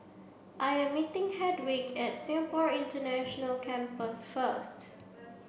I am meeting Hedwig at Singapore International Campus first